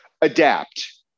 adapt